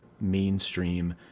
mainstream